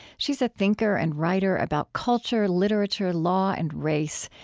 she's a thinker and writer about culture, literature, law, and race.